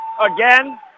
Again